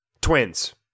Twins